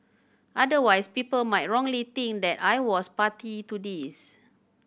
otherwise people might wrongly think that I was party to this